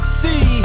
see